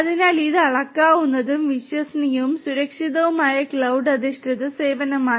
അതിനാൽ ഇത് അളക്കാവുന്നതും വിശ്വസനീയവും സുരക്ഷിതവുമായ ക്ലൌഡ് അധിഷ്ഠിത സേവനമാണ്